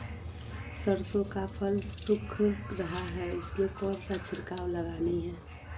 सरसो का फल सुख रहा है उसमें कौन सा छिड़काव लगानी है?